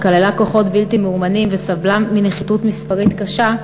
שנכללו בה כוחות בלתי מאומנים וסבלה מנחיתות מספרית קשה,